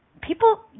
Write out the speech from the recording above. people